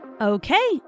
Okay